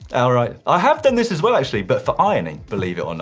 ah right. i have done this as well, actually, but for ironing, believe it or not.